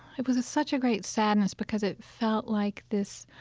it was such a great sadness, because it felt like this